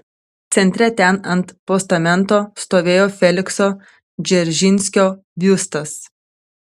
centre ten ant postamento stovėjo felikso dzeržinskio biustas